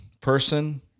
person